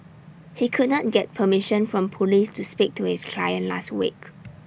he could not get permission from Police to speak to his client last week